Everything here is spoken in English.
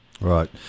right